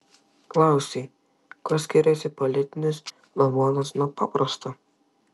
klausei kuo skiriasi politinis lavonas nuo paprasto